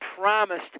promised